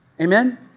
Amen